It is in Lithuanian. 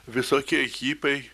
visokie hipiai